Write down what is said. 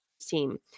team